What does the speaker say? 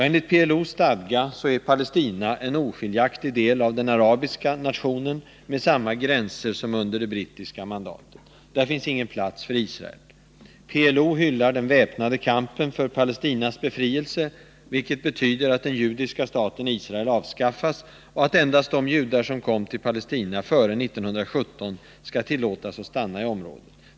Enligt PLO:s stadgar är Palestina en oskiljaktig del av den arabiska nationen, med samma gränser som under det brittiska mandatet. Där finns ingen plats för Israel. PLO hyllar den väpnade kampen för Palestinas befrielse, vilket betyder att dess mål är att den judiska staten Israel skall avskaffas och att endast de judar som kommit till Palestina före 1917 skall tillåtas stanna i området.